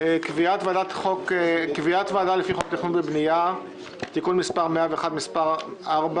קביעת ועדה לפי חוק התכנון והבנייה (תיקון מס' 101)- מס' 4